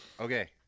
Okay